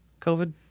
COVID